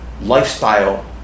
lifestyle